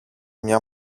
μια